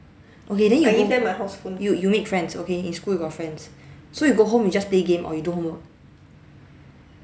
okay then you you you make friends okay in school you got friends so you go home you just play game or you do homework